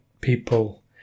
people